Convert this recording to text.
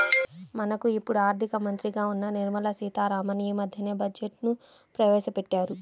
మనకు ఇప్పుడు ఆర్థిక మంత్రిగా ఉన్న నిర్మలా సీతారామన్ యీ మద్దెనే బడ్జెట్ను ప్రవేశపెట్టారు